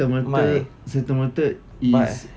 my why